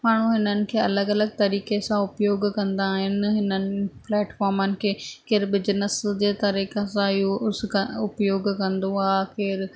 माण्हू इन्हनि खे अलॻि अलॻि तरीक़े सां उपयोग कंदा आहिनि उन्हनि प्लैटफ़ॉमनि खे केर बिजनेस जे तरीक़े सां यूज़ क उपयोग कंदो आहे केर